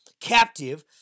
captive